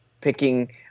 picking